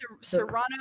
Serrano